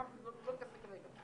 אנחנו לא ניכנס לזה כרגע.